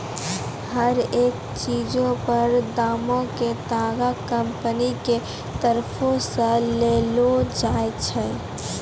हरेक चीजो पर दामो के तागा कंपनी के तरफो से लगैलो जाय छै